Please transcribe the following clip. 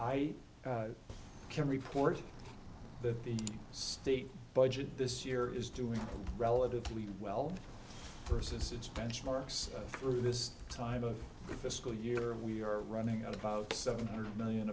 i can report that the state budget this year is doing relatively well versus its benchmarks through this time of the fiscal year we are running about seven hundred million